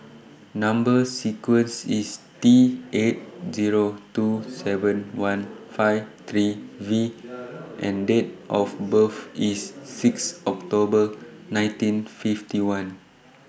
Number sequence IS T eight Zero two seven one five three V and Date of birth IS six October nineteen fifty one